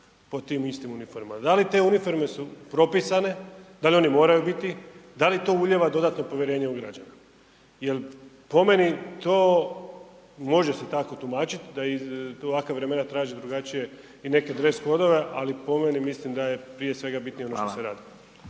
Da li te uniforme su propisane, da li one moraju biti, da li to ulijeva dodatno povjerenje u građana? Jel po meni to može se tako tumačiti da ovakva vremena traže drugačije i neke dres kodove, ali po meni mislim da je prije svega bitnije ono što se radi.